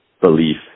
belief